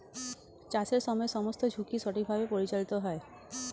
চাষের সময় সমস্ত ঝুঁকি সঠিকভাবে পরিচালিত হয়